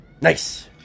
Nice